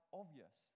obvious